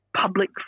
public